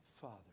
father